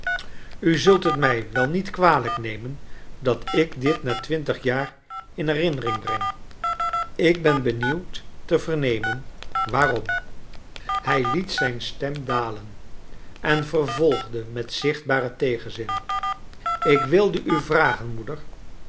u zult het mij wel niet kwalijk nemen dat ik dit na twintig jaar in herinnering breng ik ben benieuwd te vernemen waarom hij liet zij n stem dalen en vervolgde met zichtbaren tegenzin ik wilde u vragen moeder